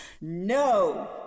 No